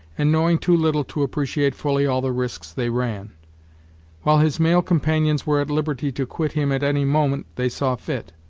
and knowing too little to appreciate fully all the risks they ran while his male companions were at liberty to quit him at any moment they saw fit.